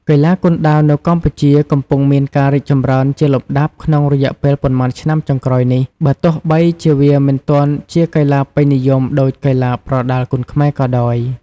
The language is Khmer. កីឡាគុនដាវនៅកម្ពុជាកំពុងមានការរីកចម្រើនជាលំដាប់ក្នុងរយៈពេលប៉ុន្មានឆ្នាំចុងក្រោយនេះ បើទោះបីជាវាមិនទាន់ជាកីឡាពេញនិយមដូចកីឡាប្រដាល់គុនខ្មែរក៏ដោយ។